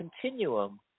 continuum